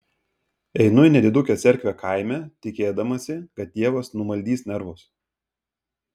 einu į nedidukę cerkvę kaime tikėdamasi kad dievas numaldys nervus